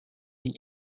the